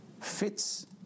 fits